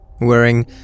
Wearing